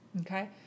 Okay